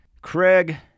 Craig